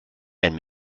and